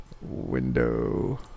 window